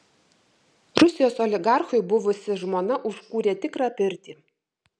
rusijos oligarchui buvusi žmona užkūrė tikrą pirtį